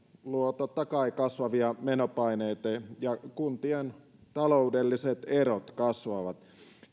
luovat totta kai kasvavia menopaineita ja ja kuntien taloudelliset erot kasvavat